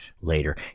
later